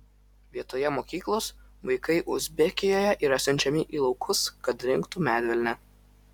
vietoje mokyklos vaikai uzbekijoje yra siunčiami į laukus kad rinktų medvilnę